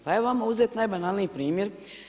Pa evo hajmo uzet najbanalniji primjer.